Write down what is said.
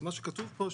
אז מה שכתוב פה,